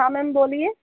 हाँ मैम बोलिए